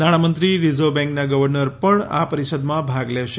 નાણામંત્રી રીઝર્વ બેન્કના ગવર્નર પણ આ પરિષદમાં ભાગ લેશે